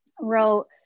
wrote